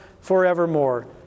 forevermore